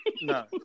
No